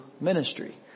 ministry